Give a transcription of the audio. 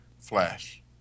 Flash